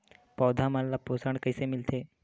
पौधा मन ला पोषण कइसे मिलथे?